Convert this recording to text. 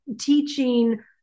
teaching